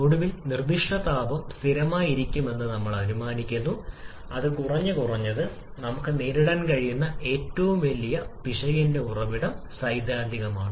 ഒടുവിൽ നിർദ്ദിഷ്ട താപം സ്ഥിരമായിരിക്കുമെന്ന് നമ്മൾ അനുമാനിക്കുന്നു അത് കുറഞ്ഞത് കുറഞ്ഞത് നമുക്ക് നേരിടാൻ കഴിയുന്ന ഏറ്റവും വലിയ പിശകിന്റെ ഉറവിടം സൈദ്ധാന്തികമാണ്